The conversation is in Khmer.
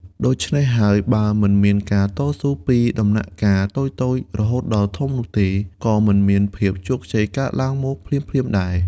ដូច្នេះហើយ បើមិនមានការតស៊ូពីដំណាក់កាលតូចៗ រហូតដល់ធំនោះទេ ក៏មិនមានភាពជោគជ័យកើតឡើងមកភ្លាមៗដែរ។